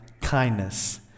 kindness